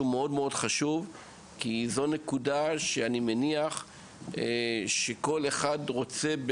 חשוב כי זו נקודה שאני מניח שכל אחד רוצה,